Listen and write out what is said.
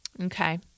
Okay